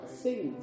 sing